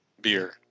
beer